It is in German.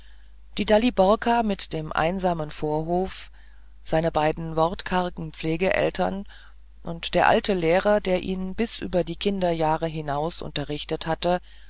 die daliborka mit dem einsamen vorhof seine beiden wortkargen pflegeeltern und der alte lehrer der ihn bis über die kinderjahre hinaus unterrichtet hat